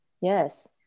yes